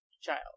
child